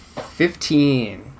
Fifteen